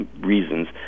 reasons